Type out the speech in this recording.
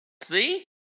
See